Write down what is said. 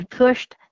pushed